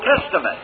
Testament